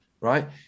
right